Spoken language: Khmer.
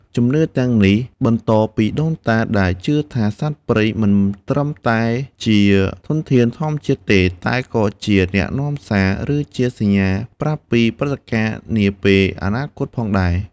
ជំនឿទាំងនេះបន្តពីដូនតា ដែលជឿថា សត្វព្រៃមិនត្រឹមតែជាធនធានធម្មជាតិទេ តែក៏ជាអ្នកនាំសារ ឬជាសញ្ញាប្រាប់ពីព្រឹត្តិការណ៍នាពេលអនាគតផងដែរ។